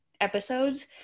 episodes